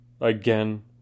again